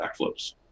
backflips